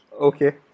okay